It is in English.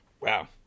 Wow